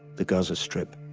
the gaza strip,